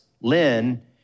Lynn